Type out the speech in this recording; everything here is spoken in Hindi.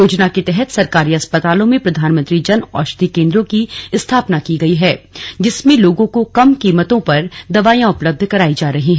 योजना के तहत सरकारी अस्पतालों में प्रधानमंत्री जन औषधि केन्द्रों की स्थापना की गयी है जिसमें लोगों को कल कीमतों पर दवाईयां उपलब्ध कराई जा रही हैं